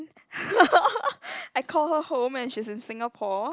I call her home and she's in Singapore